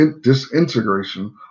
disintegration